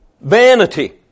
Vanity